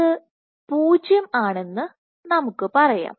ഇത് 0 ആണെന്ന് നമുക്ക് പറയാം